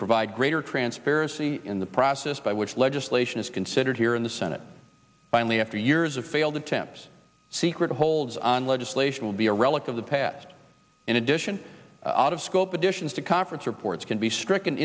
provide greater transparency in the process by which legislation is considered here in the senate finally after years of failed attempts secret holds on legislation will be a relic of the past in addition out of scope additions to conference reports can be stricken